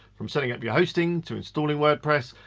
from setting up your hosting to installing wordpress,